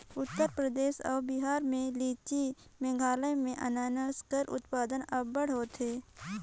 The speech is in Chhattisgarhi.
उत्तर परदेस अउ बिहार में लीची, मेघालय में अनानास कर उत्पादन अब्बड़ होथे